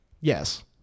Yes